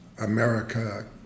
America